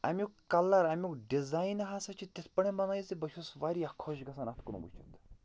اَمیُک کَلَر اَمیُک ڈِزاین ہَسا چھِ تِتھٕ پٲٹھۍ بنٲوِتھ زِ بہٕ چھُس واریاہ خۄش گژھان اَتھ کُن وُچھِتھ